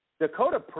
Dakota